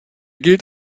gilt